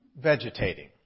vegetating